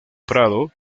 prado